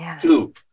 Two